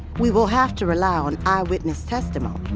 we will have to rely on eyewitness testimony.